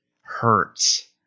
hurts